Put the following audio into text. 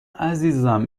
عزیزم